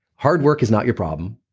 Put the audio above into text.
hard work is not your problem.